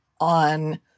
on